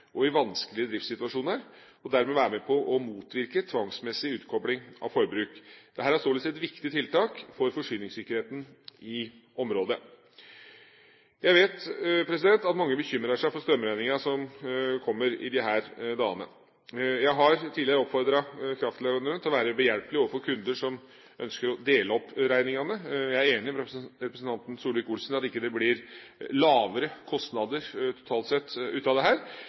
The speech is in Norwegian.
og i vanskelige driftssituasjoner, og dermed være med på å motvirke tvangsmessig utkobling av forbruk. Dette er således et viktig tiltak for forsyningssikkerheten i området. Jeg vet at mange bekymrer seg for strømregningen som kommer i disse dager. Jeg har tidligere oppfordret kraftleverandørene til å være behjelpelige overfor kunder som ønsker å dele opp regningene sine. Jeg er enig med representanten Solvik-Olsen i at det ikke blir lavere kostnader av dette, totalt sett, men jeg vet at mange leverandører tilbyr dette og mener at det